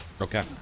Okay